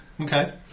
Okay